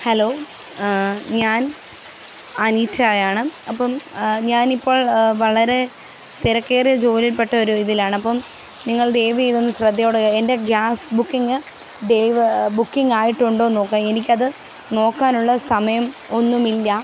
hello ഞാന് അനീറ്റായാണ് അപ്പോ ഞാനിപ്പോള് വളരെ തിരക്കേറിയ ജോലിയില്പ്പെട്ട ഒരിതിലാണ് അപ്പോള് നിങ്ങള് ദയവു ചെയ്തൊന്ന് ശ്രദ്ധയോടെ കേ എന്റെ ഗ്യാസ് ബുക്കിംഗ് ഡെലിവര് ബുക്കിംഗ് ആയിട്ടുണ്ടോയെന്ന് നോക്കുക എനിക്കത് നോക്കാനുള്ള സമയം ഒന്നുമില്ല